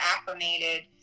acclimated